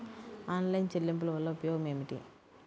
Online చెల్లింపుల వల్ల ఉపయోగమేమిటీ?